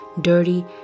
dirty